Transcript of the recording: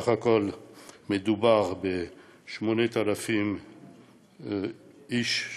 בסך הכול מדובר ב-8,000 איש,